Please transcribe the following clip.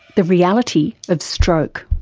the reality of stroke.